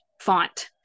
font